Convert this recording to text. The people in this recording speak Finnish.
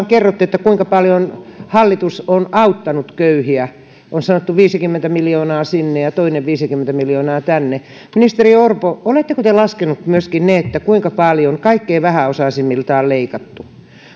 kerrottu kuinka paljon hallitus on auttanut köyhiä on sanottu viisikymmentä miljoonaa sinne ja toinen viisikymmentä miljoonaa tänne niin ministeri orpo oletteko te laskenut myöskin sen kuinka paljon kaikkein vähäosaisimmilta on leikattu